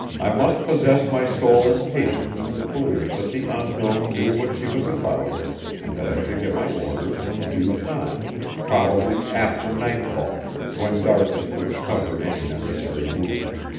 i must possess my soul in patience in the belief that the unknown knew what she was about and that i should get my orders in due time probably after nightfall, when darkness would cover any necessary movement.